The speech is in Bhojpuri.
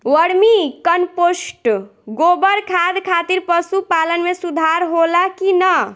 वर्मी कंपोस्ट गोबर खाद खातिर पशु पालन में सुधार होला कि न?